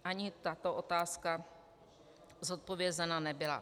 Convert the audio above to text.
Ani tato otázka zodpovězena nebyla.